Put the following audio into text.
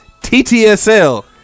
TTSL